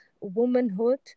womanhood